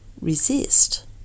resist